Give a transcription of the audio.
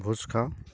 ভোজ খাওঁ